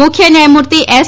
મુખ્ય ન્યાયમૂર્તિ એસ